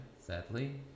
sadly